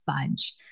fudge